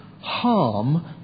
harm